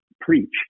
preach